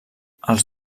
els